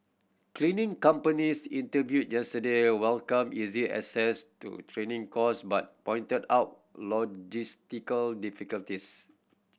cleaning companies interviewed yesterday welcomed easy access to training course but pointed out logistical difficulties